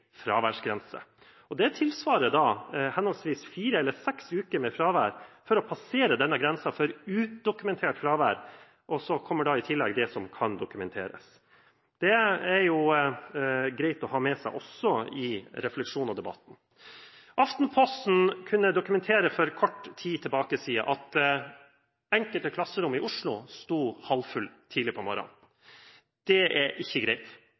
fraværsgrense. Det tilsvarer henholdsvis fire og seks uker med fravær for å passere grensen for udokumentert fravær. Så kommer i tillegg det som kan dokumenteres. Det er også greit å ha med seg som refleksjoner under debatten. Aftenposten kunne for kort tid siden dokumentere at enkelte klasserom i Oslo sto halvfulle tidlig på morgenen. Det er ikke